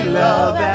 love